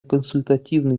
консультативной